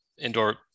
indoor